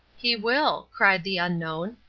he will! cried the unknown.